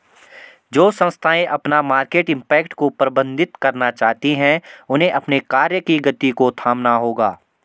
जो संस्थाएं अपना मार्केट इम्पैक्ट को प्रबंधित करना चाहती हैं उन्हें अपने कार्य की गति को थामना होगा